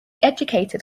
educated